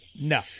No